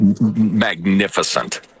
magnificent